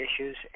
issues